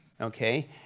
Okay